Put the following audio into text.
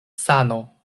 sano